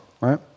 right